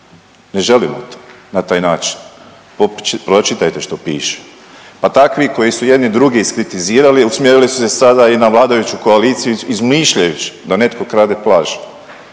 Ne želimo to na način. Pročitajte što piše. Pa takvi koji su jedne drugi iskritizirali, usmjerili su se sada i na vladajuću koaliciju izmišljajući da netko krade plaže.